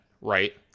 right